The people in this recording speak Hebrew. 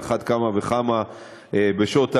על אחת כמה וכמה בשעות הלילה.